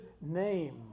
name